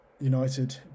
United